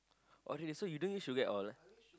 oh so you don't used to get all